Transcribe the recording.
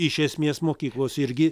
iš esmės mokyklos irgi